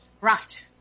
right